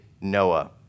Noah